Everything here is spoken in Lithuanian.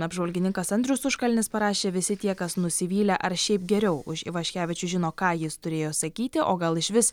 apžvalgininkas andrius užkalnis parašė visi tie kas nusivylę ar šiaip geriau už ivaškevičius žino ką jis turėjo sakyti o gal išvis